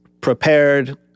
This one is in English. prepared